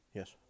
yes